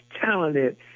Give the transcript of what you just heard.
talented